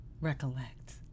recollect